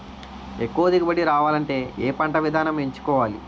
ఎక్కువ దిగుబడి రావాలంటే ఏ పంట విధానం ఎంచుకోవాలి?